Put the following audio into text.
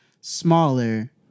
smaller